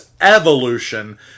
evolution